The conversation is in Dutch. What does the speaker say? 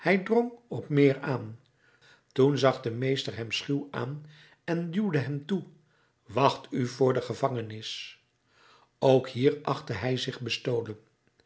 op meer aan toen zag de meester hem schuw aan en duwde hem toe wacht u voor de gevangenis ook hier achtte hij zich bestolen